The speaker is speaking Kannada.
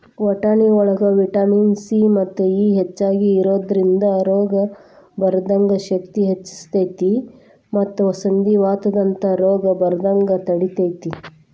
ವಟಾಣಿಯೊಳಗ ವಿಟಮಿನ್ ಸಿ ಮತ್ತು ಇ ಹೆಚ್ಚಾಗಿ ಇರೋದ್ರಿಂದ ರೋಗ ಬರದಂಗ ಶಕ್ತಿನ ಹೆಚ್ಚಸ್ತೇತಿ ಮತ್ತ ಸಂಧಿವಾತದಂತ ರೋಗ ಬರದಂಗ ತಡಿತೇತಿ